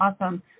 awesome